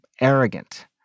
arrogant